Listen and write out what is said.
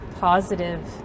positive